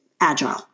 agile